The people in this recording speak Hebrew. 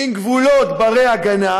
עם גבולות בני-הגנה,